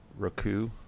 Raku